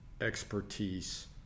expertise